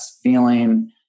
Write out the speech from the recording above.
feeling